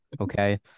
Okay